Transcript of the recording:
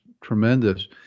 tremendous